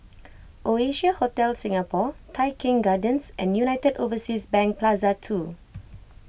Oasia Hotel Singapore Tai Keng Gardens and United Overseas Bank Plaza two